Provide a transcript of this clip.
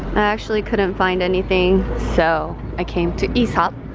actually couldn't find anything. so, i came to aesop.